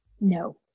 No